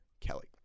Kelly